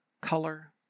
color